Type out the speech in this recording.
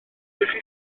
chi